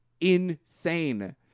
insane